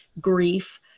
grief